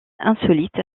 insolite